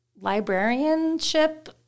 librarianship